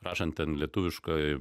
rašant lietuvišką